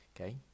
Okay